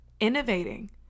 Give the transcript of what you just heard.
innovating